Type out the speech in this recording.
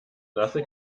nasse